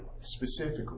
specifically